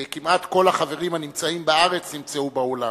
כמעט כל החברים הנמצאים בארץ נמצאו באולם.